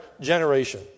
generation